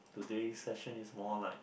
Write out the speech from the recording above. the day session is more like